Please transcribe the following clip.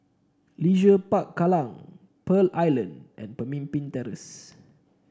Leisure Park Kallang Pearl Island and Pemimpin Terrace